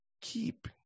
keep